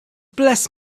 bless